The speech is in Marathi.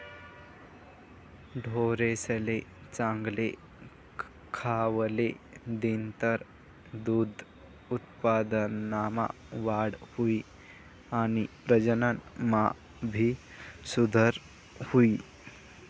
ढोरेसले चांगल खावले दिनतर दूध उत्पादनमा वाढ हुई आणि प्रजनन मा भी सुधार हुई